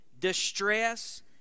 distress